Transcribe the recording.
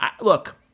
Look